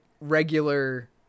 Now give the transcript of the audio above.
regular